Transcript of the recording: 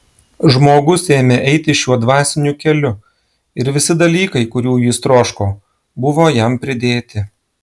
žmogus ėmė eiti šiuo dvasiniu keliu ir visi dalykai kurių jis troško buvo jam pridėti